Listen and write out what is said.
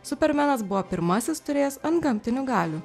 supermenas buvo pirmasis turėjęs antgamtinių galių